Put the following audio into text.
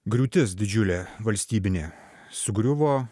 griūtis didžiulė valstybinė sugriuvo